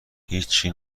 هیچچی